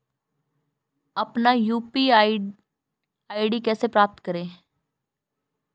अपना UPI ID कैसे प्राप्त करें?